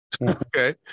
Okay